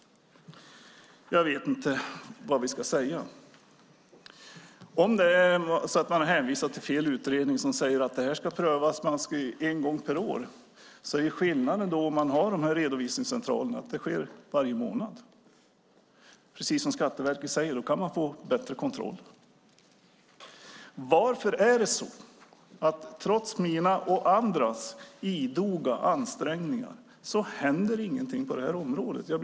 Man hänvisar till fel utredning som säger att det här ska prövas en gång per år. Om vi har redovisningscentraler är skillnaden att det sker varje månad. Som Skatteverket säger kan man då få bättre kontroll. Trots mina och andras idoga ansträngningar händer det ingenting på det här området. Varför?